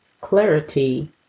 clarity